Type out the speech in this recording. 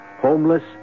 Homeless